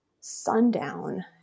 Sundown